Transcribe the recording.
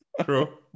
True